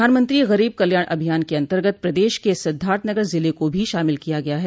प्रधानमंत्री गरीब कल्याण अभियान के अन्तर्गत प्रदेश के सिद्धाथनगर जिले को भी शामिल किया गया है